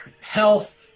health